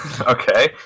Okay